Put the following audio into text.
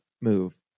move